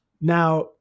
now